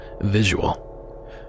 visual